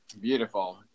Beautiful